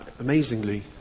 amazingly